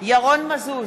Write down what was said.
ירון מזוז,